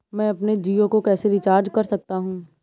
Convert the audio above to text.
मैं अपने जियो को कैसे रिचार्ज कर सकता हूँ?